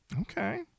Okay